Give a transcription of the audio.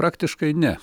praktiškai ne